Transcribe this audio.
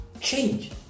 Change